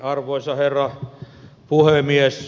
arvoisa herra puhemies